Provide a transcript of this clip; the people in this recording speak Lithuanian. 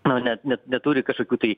nu ne ne neturi kažkokių tai